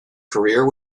career